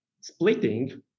splitting